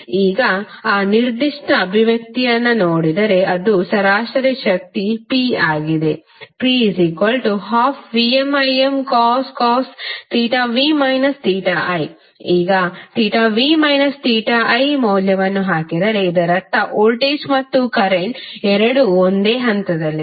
ಈಗ ಆ ನಿರ್ದಿಷ್ಟ ಅಭಿವ್ಯಕ್ತಿಯನ್ನು ನೋಡಿದರೆ ಅದು ಸರಾಸರಿ ಶಕ್ತಿ P ಆಗಿದೆ P12VmImcos v i ನೀವುvi ಮೌಲ್ಯವನ್ನು ಹಾಕಿದರೆ ಇದರರ್ಥ ವೋಲ್ಟೇಜ್ ಮತ್ತು ಕರೆಂಟ್ ಎರಡೂಒಂದೇ ಹಂತದಲ್ಲಿದೆ